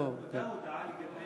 זאת הודעה לגבי